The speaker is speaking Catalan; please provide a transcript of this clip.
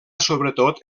sobretot